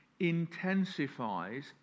intensifies